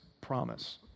promise